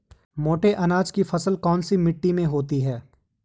मोटे अनाज की फसल कौन सी मिट्टी में होती है?